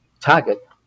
target